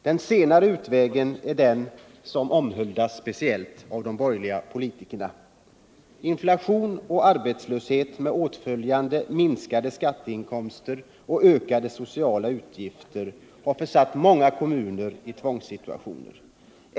Den senare utvägen är den av borgerliga politiker mest omhuldade metoden. Inflation och arbetslöshet med åtföljande minskade skatteinkomster och ökade sociala utgifter har försatt många kommuner i tvångssituationer.